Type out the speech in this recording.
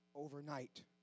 Overnight